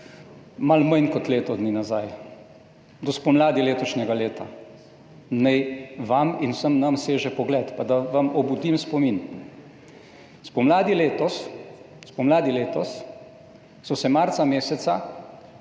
malo manj kot leto dni nazaj, do spomladi letošnjega leta naj vam in vsem nam seže pogled. Da vam obudim spomin. Spomladi letos so se marca